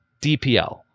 DPL